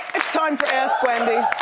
it's time for ask wendy.